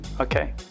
okay